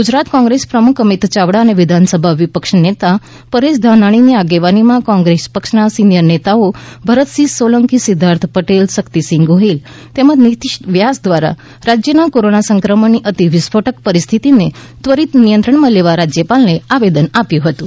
ગુજરાત કોંગ્રેસ પ્રમુખ અમિત યાવડા અને વિધાનસભા વિપક્ષ નેતા પરેશ ધાનાણીની આગેવાનીમાં કોંગ્રેસ પક્ષના સિનિયર નેતાઓ ભરતસિંહ સોલંકી સિદ્ધાર્થ પટેલ શકિતસિંહ ગોહિલ તેમજ નીશિત વ્યાસ દ્વારા રાજ્યમાં કોરોના સંક્રમણની અતિ વિસ્ફોટ પરિસ્થિતિને ત્વરિત નિયંત્રણમાં લેવા રાજ્યપાલને આવેદન આપ્યું હતું